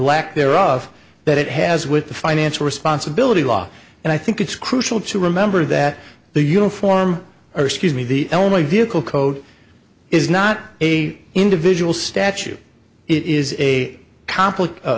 lack thereof that it has with the financial responsibility law and i think it's crucial to remember that the uniform or excuse me the only vehicle code is not a individual statute it is a conflict